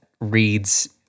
reads